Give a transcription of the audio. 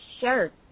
shirt